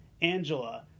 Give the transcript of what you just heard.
Angela